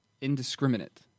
indiscriminate